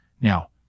Now